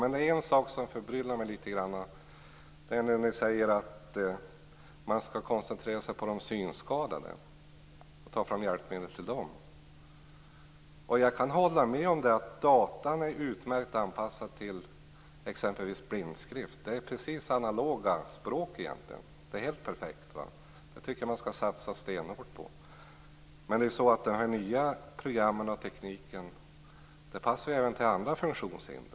Men det är en sak som förbryllar mig litet grand, och det är när ni säger att man skall koncentrera sig på de synskadade och ta fram hjälpmedel till dem. Jag kan hålla med om att datorer är utmärkt anpassade för exempelvis blindskrift. Språken är egentligen analoga, och det är helt perfekt. Jag tycker att man skall satsa stenhårt på det. Men de nya programmen och den nya tekniken passar även för andra funktionshindrade.